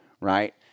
Right